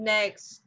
Next